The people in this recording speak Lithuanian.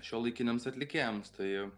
šiuolaikiniams atlikėjams tai